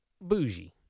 bougie